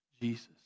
Jesus